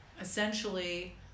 essentially